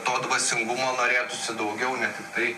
to dvasingumo norėtųsi daugiau ne tiktai